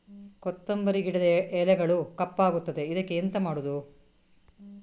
ಕೊತ್ತಂಬರಿ ಗಿಡದ ಎಲೆಗಳು ಕಪ್ಪಗುತ್ತದೆ, ಇದಕ್ಕೆ ಎಂತ ಮಾಡೋದು?